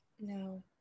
no